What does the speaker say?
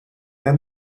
han